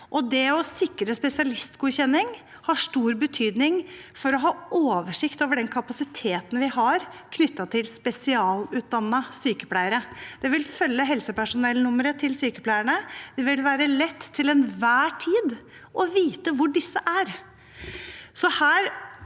å sikre spesialistgodkjenning har stor betydning for å ha oversikt over den kapasiteten vi har knyttet til spesialutdannede sykepleiere. Det vil følge helsepersonellnummeret til sykepleierne, og det vil til enhver tid være lett å vite hvor disse er.